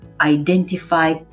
identify